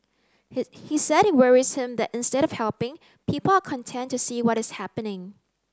he he said it worries him that instead of helping people are content to see what is happening